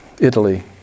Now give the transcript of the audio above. Italy